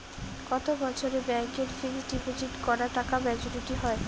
কত বছরে ব্যাংক এ ফিক্সড ডিপোজিট করা টাকা মেচুউরিটি হয়?